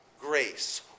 grace